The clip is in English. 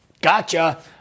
gotcha